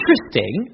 Interesting